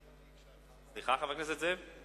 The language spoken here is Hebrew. סליחה, חבר הכנסת זאב?